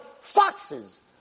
foxes